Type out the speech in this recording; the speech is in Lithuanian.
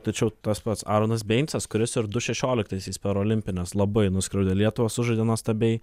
tačiau tas pats aronas beincas kuris ir du šešioliktaisiais per olimpines labai nuskriaudė lietuvą sužaidė nuostabiai